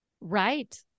Right